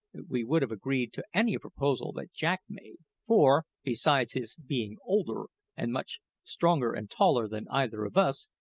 we would have agreed to any proposal that jack made for, besides his being older and much stronger and taller than either of us,